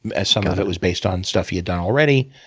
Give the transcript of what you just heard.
and some of it was based on stuff he had done already,